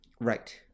Right